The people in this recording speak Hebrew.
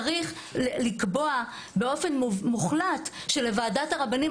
צריך לקבוע באופן מוחלט שלוועדת הרבנים